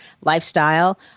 lifestyle